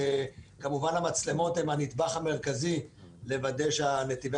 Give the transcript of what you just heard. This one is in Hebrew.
כמובן המצלמות הן הנדבך המרכזי לוודא שנתיבי